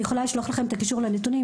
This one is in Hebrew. אני יכולה לשלוח לכם קישור לנתונים.